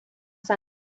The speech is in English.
sand